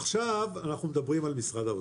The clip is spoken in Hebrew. עכשיו אנחנו מדברים על משרד האוצר,